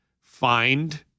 find